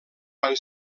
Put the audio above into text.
van